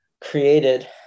created